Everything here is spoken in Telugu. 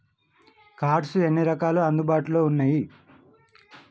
కార్డ్స్ ఎన్ని రకాలు అందుబాటులో ఉన్నయి?